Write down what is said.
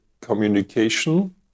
communication